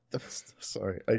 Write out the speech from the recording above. Sorry